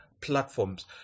platforms